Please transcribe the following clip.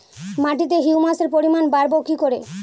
মাটিতে হিউমাসের পরিমাণ বারবো কি করে?